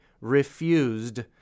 refused